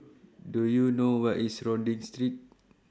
Do YOU know Where IS Rodyk Street